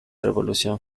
revolución